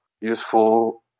useful